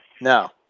no